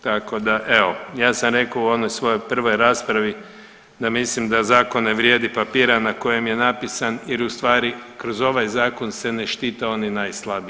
Tako da evo, ja sam rekao u onoj svojoj prvoj raspravi da mislim da zakon ne vrijedi papira na kojem je napisan jer u stvari kroz ovaj zakon se ne štite oni najslabiji.